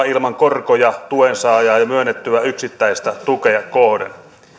ilman korkoja tuensaajaa ja myönnettyä yksittäistä tukea kohden